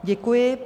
Děkuji.